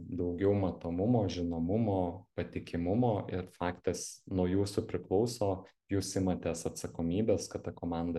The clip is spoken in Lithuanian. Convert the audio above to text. daugiau matomumo žinomumo patikimumo ir faktas nuo jūsų priklauso jūs imatės atsakomybės kad ta komanda